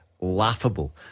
laughable